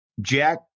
Jack